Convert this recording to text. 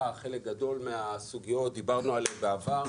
חלק גדול מהסוגיות; דיברנו עליהן בעבר,